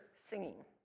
singing